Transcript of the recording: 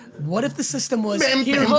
what if the system was and